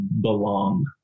belong